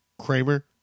Kramer